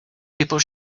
people